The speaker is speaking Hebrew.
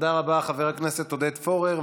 תודה רבה, חבר הכנסת עודד פורר.